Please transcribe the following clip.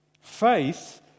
Faith